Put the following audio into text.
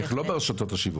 לא ברשתות השיווק.